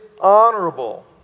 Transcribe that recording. honorable